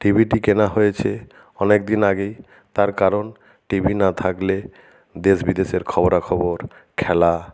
টিভিটি কেনা হয়েছে অনেক দিন আগেই তার কারণ টিভি না থাকলে দেশ বিদেশের খবরাখবর খেলা